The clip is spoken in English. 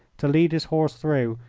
to lead his horse through,